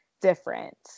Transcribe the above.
different